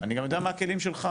אני גם יודע מה הכלים שלך,